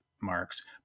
marks